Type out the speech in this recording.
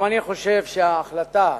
גם אני חושב שההחלטה